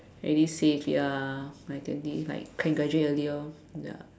really save ya by twenty it's like can graduate earlier ya